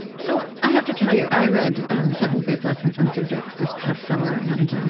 so, i have to tell you. i read seven brief lessons on physics this past summer, and